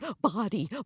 body